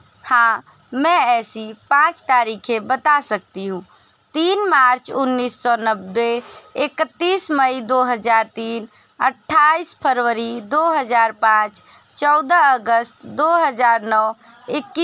हाँ मैं ऐसी पाँच तारीखें बता सकती हूँ तीन मार्च उन्नीस सौ नब्बे इकत्तीस मई दो हज़ार तीन अट्ठाईस फरवरी दो हज़ार पाँच चौदह अगस्त दो हज़ार नौ इक्कीस मार्च दो हज़ार ग्यारा